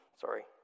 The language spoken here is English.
sorry